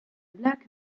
black